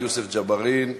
יוסף ג'בארין,